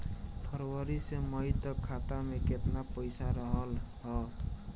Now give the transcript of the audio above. फरवरी से मई तक खाता में केतना पईसा रहल ह?